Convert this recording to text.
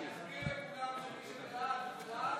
תזכיר לכולם שמי שבעד הוא בעד,